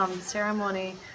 ceremony